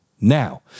Now